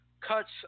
cuts